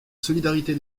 solidarité